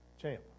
Champ